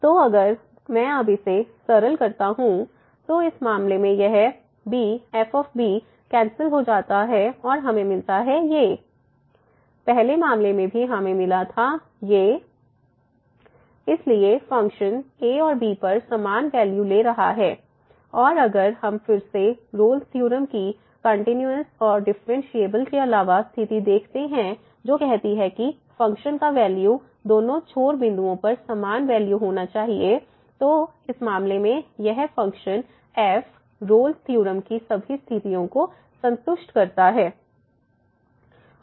तो अगर मैं अब इसे सरल करता हूं b f b a f b b f bb f a b a तो इस मामले में यह b f कैंसिल हो जाता है और हमें मिलता है b f a a f b b a पहले मामले में भी हमें मिला b f a a f b b a इसलिए फ़ंक्शन a और b पर समान वैल्यू ले रहा है और अगर हम फिर से रोल्स थ्योरम Rolle's theorem की कंटिन्यूस और डिफरेंशिएबल के अलावा स्थिति देखते हैं जो कहती है कि फंक्शन का वैल्यू दोनो छोर बिंदुओं पर समान वैल्यू होना चाहिए तो इस मामले में यह function f Rolle's theorem Rolle's theorem की सभी स्थितियों को संतुष्ट करता है